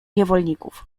niewolników